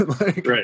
Right